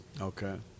Okay